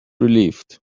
relieved